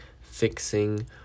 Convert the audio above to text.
Fixing